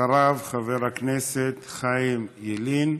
אחריו, חבר הכנסת חיים ילין.